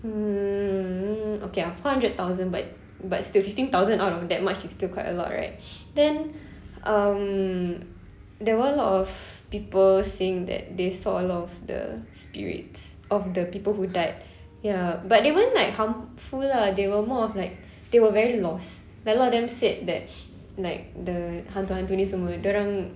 mm okay ah four hundred thousand but but still fifteen thousand out of that much is still quite a lot right then um there were a lot of people saying that they saw a lot of the spirits of the people who died ya but weren't like harmful lah they were more of like they were very lost like a lot of them said that like the hantu-hantu ini semua dia orang